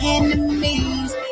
Enemies